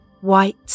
white